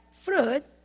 fruit